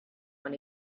when